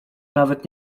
nawet